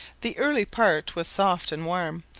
the early part was soft and warm,